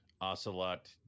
ocelot